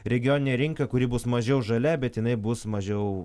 regioninę rinką kuri bus mažiau žalia bet jinai bus mažiau